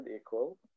equal